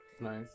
nice